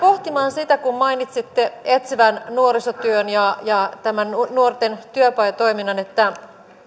sitä kun mainitsitte etsivän nuorisotyön ja ja tämän nuorten työpajatoiminnan että